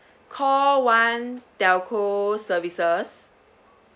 call one telco services